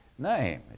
name